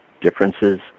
differences